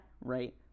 Right